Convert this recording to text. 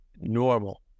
normal